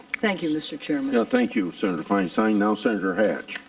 thank you, mr. chairman. thank you, senator feinstein. now senator hatch.